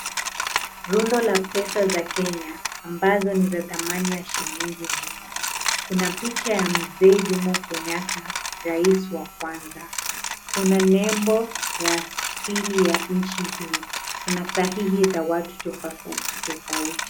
Rundo la pesa za Kenya ambazo ni za thamani ya shilingi mia. Kuna picha ya Mzee Jommo Kenyatta, rais wa kwanza. Kuna nembo ya asili ya nchi hii. Kuna sahihi za watu tofauti tofauti.